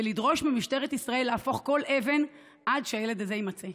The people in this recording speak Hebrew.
ולדרוש ממשטרת ישראל להפוך כל אבן עד שהילד הזה יימצא.